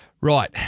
Right